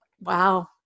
wow